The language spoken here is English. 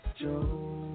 Joe